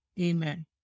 Amen